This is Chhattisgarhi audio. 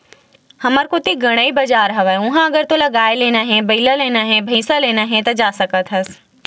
हमर कती गंड़ई बजार हवय उहाँ अगर तोला गाय लेना हे, बइला लेना हे, भइसा लेना हे ता जा सकत हस